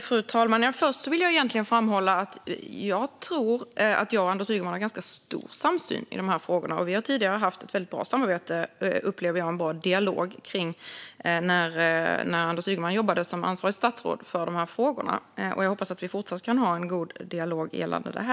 Fru talman! Först vill jag framhålla att jag tror att jag och Anders Ygeman har ganska stor samsyn i de här frågorna. När Anders Ygeman var ansvarigt statsråd var vårt samarbete och vår dialog väldigt bra, upplever jag. Jag hoppas att vi kan fortsätta ha en god dialog gällande detta.